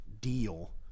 deal